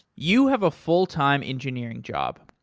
you have a full-time engineering job.